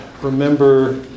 remember